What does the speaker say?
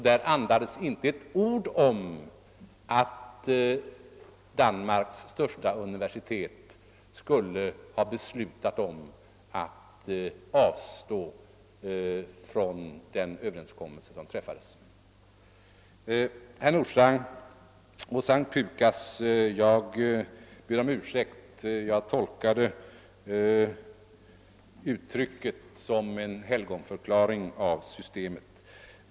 Där sades inte ett ord om att Danmarks största universitet skulle ha beslutat att inte längre följa den överenskommelse som träffats. Jag ber om ursäkt, herr Nordstrandh, för att jag tolkade uttrycket S:t Pukas som en helgonförklaring av systemet.